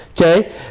Okay